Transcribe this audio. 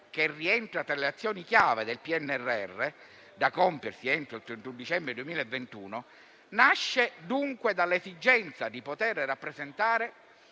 che rientra tra le azioni chiave del PNRR, da compiersi entro il 31 dicembre 2021, nasce dunque dall'esigenza di poter rappresentare